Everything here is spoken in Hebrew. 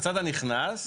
בצד הנכנס,